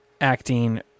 acting